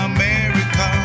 America